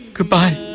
Goodbye